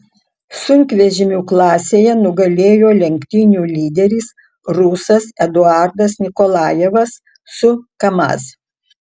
sunkvežimių klasėje nugalėjo lenktynių lyderis rusas eduardas nikolajevas su kamaz